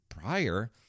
prior